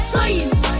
Science